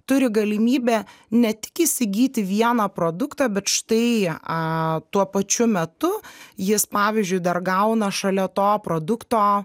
turi galimybę ne tik įsigyti vieną produktą bet štai a tuo pačiu metu jis pavyzdžiui dar gauna šalia to produkto